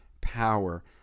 power